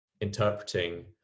interpreting